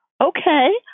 okay